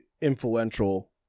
influential